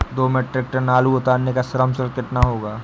दो metric ton आलू उतारने का श्रम शुल्क कितना होगा?